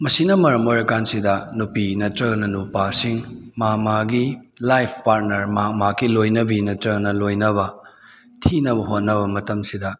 ꯃꯁꯤꯅ ꯃꯔꯝ ꯑꯣꯏꯔ ꯀꯥꯟꯁꯤꯗ ꯅꯨꯄꯤ ꯅꯠꯇ꯭ꯔꯒꯅ ꯅꯨꯄꯥꯁꯤꯡ ꯃꯥ ꯃꯥꯒꯤ ꯂꯥꯏꯐ ꯄꯥꯠꯅꯔ ꯃꯍꯥꯛ ꯃꯍꯥꯛꯀꯤ ꯂꯣꯏꯅꯕꯤ ꯅꯠꯇ꯭ꯔꯒꯅ ꯂꯣꯏꯅꯕ ꯊꯤꯅꯕ ꯍꯣꯠꯅꯕ ꯃꯇꯝꯁꯤꯗ